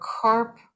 carp